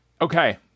okay